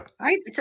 Right